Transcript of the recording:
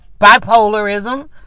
bipolarism